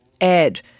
add